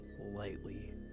lightly